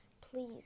Please